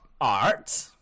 art